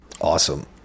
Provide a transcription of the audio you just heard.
Awesome